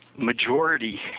majority